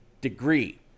degree